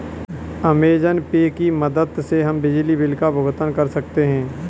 Amazon Pay की मदद से हम बिजली बिल का भुगतान कर सकते हैं